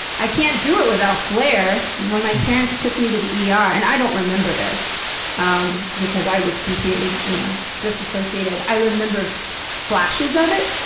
i can't do it without flair! when my parents took me to the yeah ah er and i don't remember this um because i was completely you know disassociated. i remember so flashes of it.